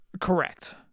Correct